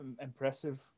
impressive